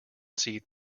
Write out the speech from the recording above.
see